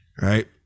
right